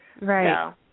Right